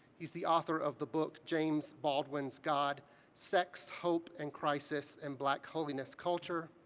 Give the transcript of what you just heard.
he's the author of the book, james baldwin's god sex, hope, and crisis in black holiness culture,